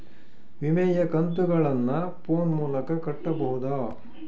ವಿಮೆಯ ಕಂತುಗಳನ್ನ ಫೋನ್ ಮೂಲಕ ಕಟ್ಟಬಹುದಾ?